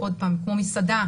שעוד פעם כמו מסעדה,